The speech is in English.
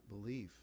belief